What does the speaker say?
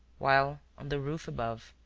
while, on the roof above,